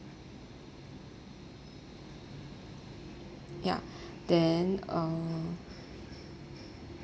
ya then uh